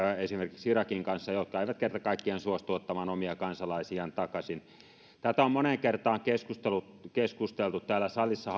esimerkiksi irakin kanssa jotka eivät kerta kaikkiaan suostu ottamaan omia kansalaisiaan takaisin tästä on moneen kertaan keskusteltu täällä salissa